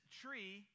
tree